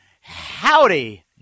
Howdy